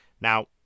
Now